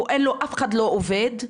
אף אחד לא עובד,